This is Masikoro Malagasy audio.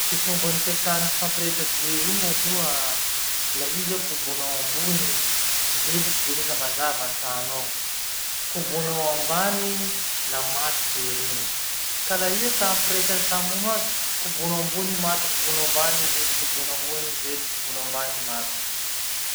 Ty fomba fiasan'ny fampireheta jiro iny aloha, la i zao kobohinao ambony, velo jiro iny la mazava antrano ao, kobohinao ambany la maty jiro iny. Ka la iha ta hampirehitsy azy ta hamono azy, kobohinao ambony iny maty kobohinao ambany iny velo, kobohinao ambony i velo kobohinao ambany i maty.